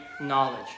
knowledge